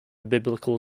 biblical